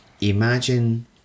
imagine